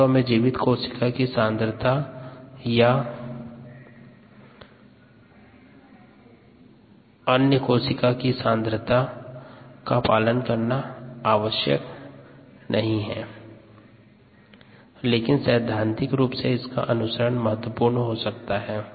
वास्तव में जीवित कोशिका सांद्रता या एनी कोशिका सांद्रता का पालन करना आवश्यक नहीं हैं लेकिन सैद्धांतिक रूप से इनका अनुसरण महत्वपूर्ण हो सकता है